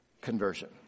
conversion